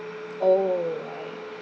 oh right